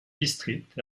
district